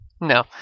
No